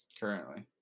currently